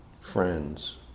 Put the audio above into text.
friends